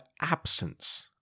absence